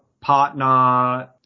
partner